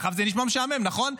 עכשיו, זה נשמע משעמם, נכון?